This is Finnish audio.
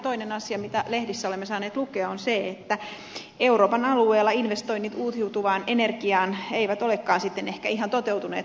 toinen asia mistä lehdissä olemme saaneet lukea on se että euroopan alueella investoinnit uusiutuvaan energiaan eivät olekaan ehkä ihan toteutuneet suunnitelmallisesti